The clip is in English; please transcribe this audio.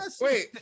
wait